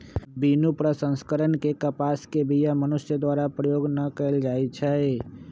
बिनु प्रसंस्करण के कपास के बीया मनुष्य द्वारा प्रयोग न कएल जाइ छइ